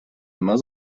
immer